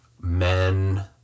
men